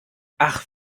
ach